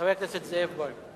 חבר הכנסת זאב בוים.